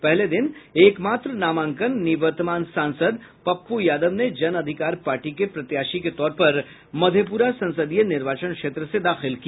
पहले दिन एकमात्र नामांकन निवर्तमान सांसद पप्पू यादव ने जन अधिकार पार्टी के प्रत्याशी के तौर पर मधेपुरा संसदीय निर्वाचन क्षेत्र से दाखिल किया